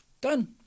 Done